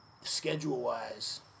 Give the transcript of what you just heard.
schedule-wise